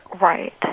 right